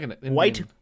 White